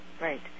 right